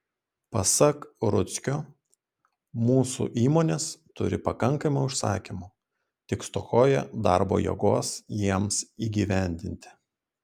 pasak rudzkio mūsų įmonės turi pakankamai užsakymų tik stokoja darbo jėgos jiems įgyvendinti